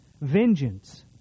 Vengeance